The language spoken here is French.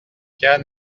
khan